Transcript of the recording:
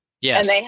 yes